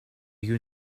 you